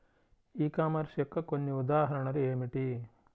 ఈ కామర్స్ యొక్క కొన్ని ఉదాహరణలు ఏమిటి?